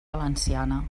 valenciana